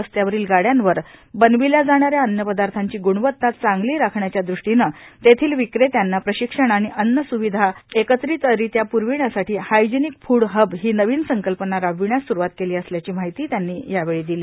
रस्त्यावरील गाड्यांवर बनविल्या जाणाऱ्या अन्नपदार्थांची ग्णवत्ता चांगली राखण्याच्या दृष्टीने तेथील विक्रेत्यांना प्रशिक्षण आणि अन्य स्विधा एकत्रितरित्या प्रविण्यासाठी हायजिनिक फ्ड हब ही नवीन संकल्पना राबविण्यास सुरुवात केली असल्याची माहिती त्यांनी यावेळी दिली